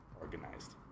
organized